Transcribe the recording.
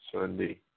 Sunday